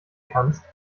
kannst